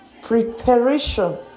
Preparation